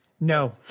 No